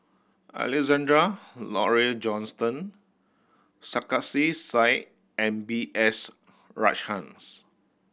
Alexander Laurie Johnston Sarkasi Said and B S Rajhans